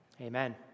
Amen